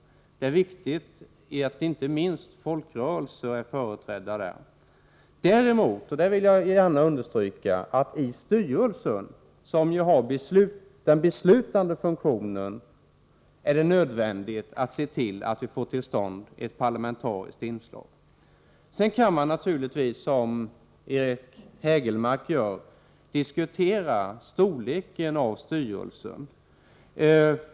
Däremot är det viktigt att inte minst folkrörelserna är företrädda i dessa grupper, liksom det är nödvändigt — det vill jag gärna understryka — att i styrelsen, som har den beslutande funktionen, få till stånd ett parlamentariskt inslag. Sedan kan man naturligtvis, som Eric Hägelmark gör, diskutera storleken av styrelsen.